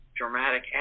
dramatic